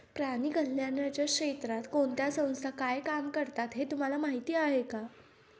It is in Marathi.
प्राणी कल्याणाच्या क्षेत्रात कोणत्या संस्था काय काम करतात हे तुम्हाला माहीत आहे का?